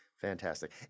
Fantastic